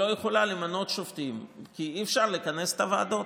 שלא יכולה למנות שופטים כי אי-אפשר לכנס את הוועדות.